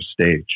stage